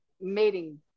mating